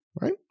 right